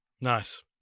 Nice